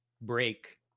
break